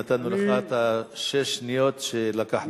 נתנו לך את שש השניות שלקחנו.